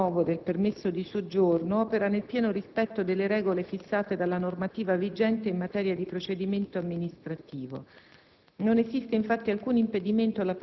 La nuova procedura di rilascio e rinnovo del permesso di soggiorno opera nel pieno rispetto delle regole fissate dalla normativa vigente in materia di procedimento amministrativo.